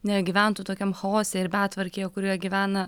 negyventų tokiam chaose ir betvarkėje kurioje gyvena